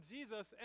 Jesus